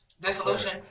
dissolution